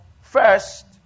first